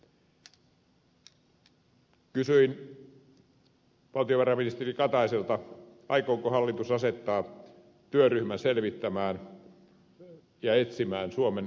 kysyin valtionvarainministeri kataiselta aikooko hallitus asettaa työryhmän selvittämään ja etsimään suomen kadonnutta kilpailukykyä